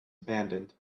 abandoned